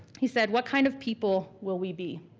he said what kind of people will we be?